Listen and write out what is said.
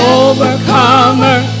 overcomer